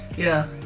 yeah,